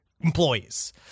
employees